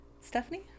Stephanie